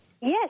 Yes